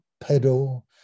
pedal